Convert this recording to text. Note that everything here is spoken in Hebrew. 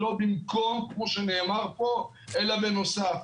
היא לא במקום אלא בנוסף.